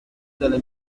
delle